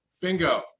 Bingo